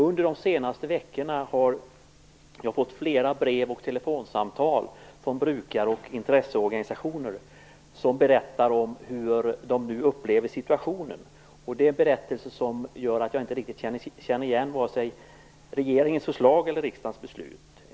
Under de senaste veckorna har jag fått flera brev och telefonsamtal från brukare och intresseorganisationer som berättar om hur de nu upplever situationen. Deras berättelse är sådan att jag inte riktigt känner igen vare sig regeringens förslag eller riksdagens beslut.